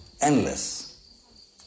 Endless